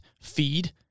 feed